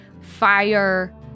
fire